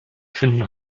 finden